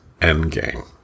Endgame